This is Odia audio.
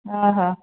ଓହୋ